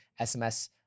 SMS